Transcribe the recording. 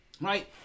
right